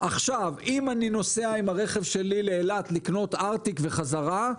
אם אני נוסע עם הרכב שלי לאילת לקנות ארטיק וחזרה,